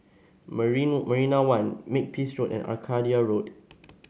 Marina One Makepeace Road and Arcadia Road